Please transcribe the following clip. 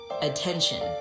attention